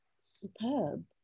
superb